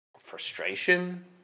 frustration